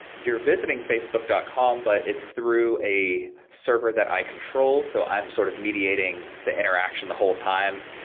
you're visiting facebook dot com, but it's through a server that i control so i'm sort of mediating the interaction the whole time.